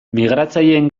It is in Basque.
migratzaileen